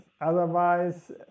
otherwise